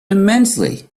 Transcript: immensely